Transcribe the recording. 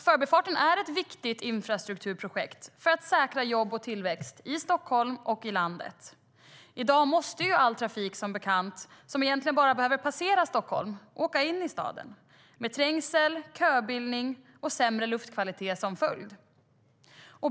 Förbifarten är ett viktigt infrastrukturprojekt för att säkra jobb och tillväxt i Stockholm och i övriga landet. I dag måste all trafik, som bekant, som egentligen bara behöver passera Stockholm åka in i staden, med trängsel, köbildning och sämre luftkvalitet som följd.